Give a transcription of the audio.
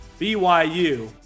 BYU